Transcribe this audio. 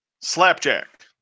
Slapjack